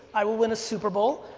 i will win a super bowl.